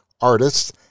artists